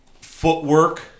footwork